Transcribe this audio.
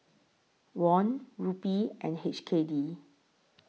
Won Rupee and H K D